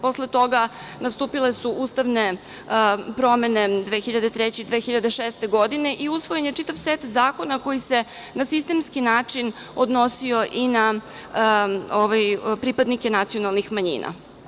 Posle toga nastupile su ustavne promene 2003. i 2006. godine, i usvojen je čitav set zakona koji se na sistemski način odnosio i na pripadnike nacionalnih manjina.